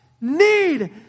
need